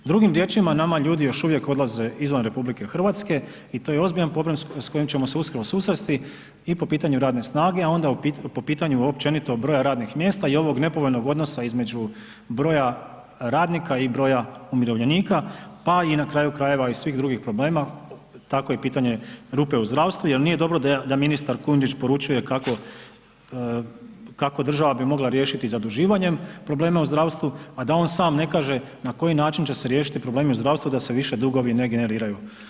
Drugim riječima, nama ljudi još uvijek odlaze izvan RH i to je ozbiljan problem s kojim ćemo se uskoro susresti i po pitanju radne snage, a onda po pitanju općenito broja radnih mjesta i ovog nepovoljnog odnosa između broja radnika i broja umirovljenika, pa na kraju krajeva i svih drugih problema, tako i pitanje rupe u zdravstvu jel nije dobro da ministar Kujundžić poručuje kako bi država mogla riješiti zaduživanjem probleme u zdravstvu, a da on sam ne kaže na koji način će se riješiti problemi u zdravstvu da se više dugovi ne generiraju.